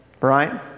right